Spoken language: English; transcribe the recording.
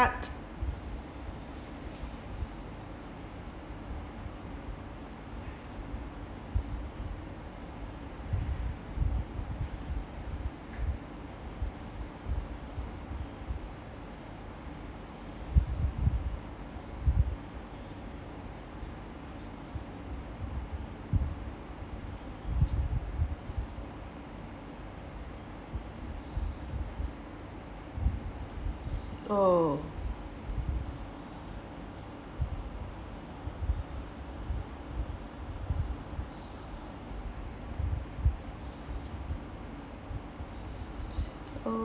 hard oh oh